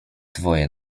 dwoje